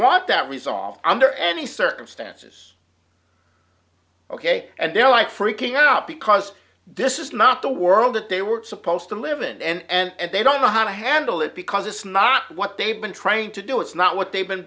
want that resolved under any circumstances ok and they're like freaking out because this is not the world that they were supposed to live in and they don't know how to handle it because it's not what they've been trained to do it's not what they've been